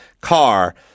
car